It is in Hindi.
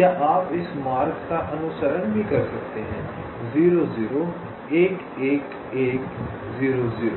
या आप इस मार्ग का अनुसरण भी कर सकते हैं 0 0 1 1 1 0 0